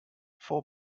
for